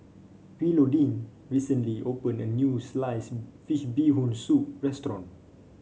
Willodean recently opened a new Sliced Fish Bee Hoon Soup restaurant